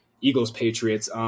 Eagles-Patriots